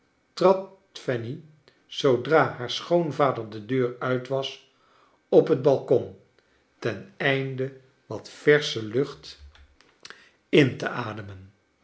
fanny zoodra haar schoonvader de deur uit was op het balcon ten einde wat versche lucht in kleine dorrit te ademen